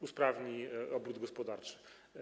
Usprawni ona obrót gospodarczy.